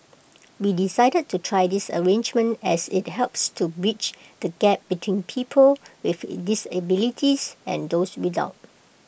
we decided to try this arrangement as IT helps to bridge the gap between people with disabilities and those without